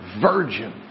virgin